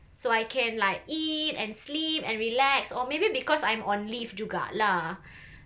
so I can like eat and sleep and relax or maybe because I'm on leave juga lah